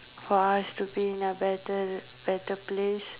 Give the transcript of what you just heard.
for us to be in a better better place